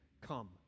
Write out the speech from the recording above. Come